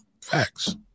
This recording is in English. Facts